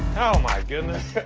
oh my goodness!